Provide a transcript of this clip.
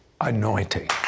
anointing